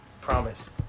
promised